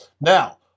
Now